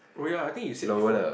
oh ya I think you said before